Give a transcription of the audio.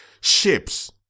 ships